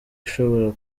ishobora